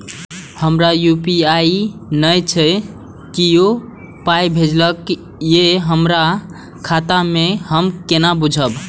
हमरा यू.पी.आई नय छै कियो पाय भेजलक यै हमरा खाता मे से हम केना बुझबै?